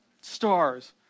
Stars